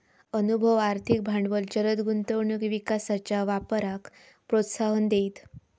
अनुभव, आर्थिक भांडवल जलद गुंतवणूक विकासाच्या वापराक प्रोत्साहन देईत